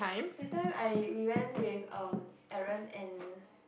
that time I we went with (um)Aaron and